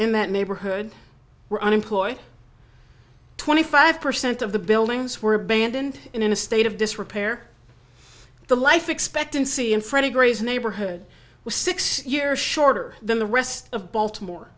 in that neighborhood were unemployed twenty five percent of the buildings were abandoned in a state of disrepair the life expectancy in freddie gray's neighborhood was six years shorter than the rest of baltimore